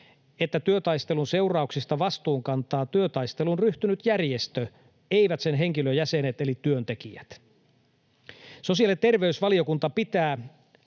että työtaistelun seurauksista vastuun kantaa työtaisteluun ryhtynyt järjestö, eivät sen henkilöjäsenet eli työntekijät. Sosiaali- ja terveysvaliokunta pitää